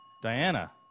Diana